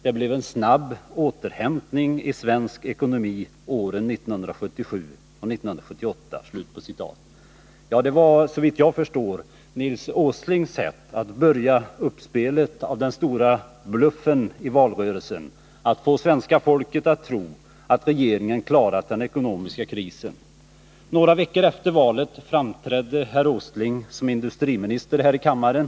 Det blev en snabb återhämtning i svensk ekonomi åren 1977 och 1978.” Ja, det var såvitt jag förstår Nils Åslings sätt att börja uppspelet av den stora bluffen i valrörelsen. Han ville få svenska folket att tro att regeringen klarat den ekonomiska krisen. Några veckor efter valet framträdde herr Åsling som industriminister här i kammaren.